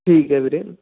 ਠੀਕ ਹੈ ਵੀਰੇ